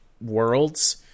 worlds